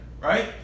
right